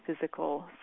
physical